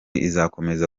izakomeza